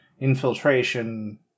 infiltration